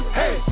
hey